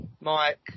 Mike